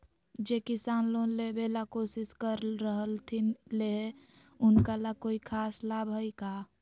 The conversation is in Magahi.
जे किसान लोन लेबे ला कोसिस कर रहलथिन हे उनका ला कोई खास लाभ हइ का?